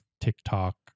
TikTok